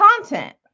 content